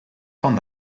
van